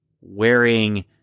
wearing